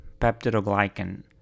peptidoglycan